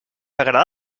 agrada